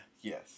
Yes